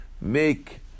make